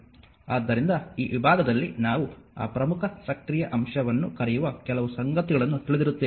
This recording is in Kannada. ಆದ್ದರಿಂದ ಈ ವಿಭಾಗದಲ್ಲಿ ನಾವು ಆ ಪ್ರಮುಖ ಸಕ್ರಿಯ ಅಂಶವನ್ನು ಕರೆಯುವ ಕೆಲವು ಸಂಗತಿಗಳನ್ನು ತಿಳಿದಿರುತ್ತೇವೆ